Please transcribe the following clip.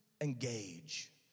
engage